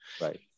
Right